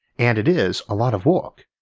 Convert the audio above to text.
and it is a lot of work.